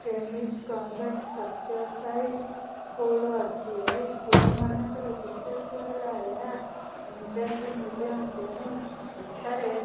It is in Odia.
ଟ୍ରେମିଜ କନଭେଟ ସତ୍ୟସାଇ ସ୍କୁଲ ଅଛି ଏହି ସ୍କୁଲ ମାନଙ୍କରେ ବିଶେଷ ହେଲା ଏହା ଇଂରାଜୀ ମିଡ଼ିଅମ ତେଣୁ ଏଠାରେ